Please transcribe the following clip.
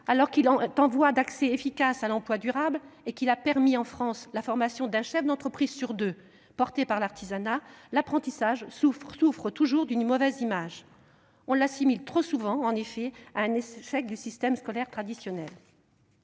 alors qu'il est une voie d'accès efficace à l'emploi durable et qu'il a permis en France la formation d'un chef d'entreprise sur deux, l'apprentissage, porté par l'artisanat, souffre toujours d'une mauvaise image. On l'assimile trop souvent, en effet, à un échec du système scolaire traditionnel.